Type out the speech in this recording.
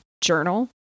journal